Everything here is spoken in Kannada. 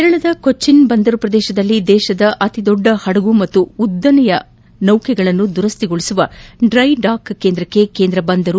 ಕೇರಳದ ಕೊಟ್ಟನ್ನ ಬಂದರು ಪ್ರದೇಶದಲ್ಲಿ ದೇಶದ ಅತಿದೊಡ್ಡ ಪಡಗು ಮತ್ತು ಉದ್ದ ನೌಕೆಗಳನ್ನು ದುರ್ತಿಗೊಳಿಸುವ ಡ್ರೇ ಡಾಕ್ ಕೇಂದ್ರಕ್ಷೆ ಕೇಂದ್ರ ಬಂದರು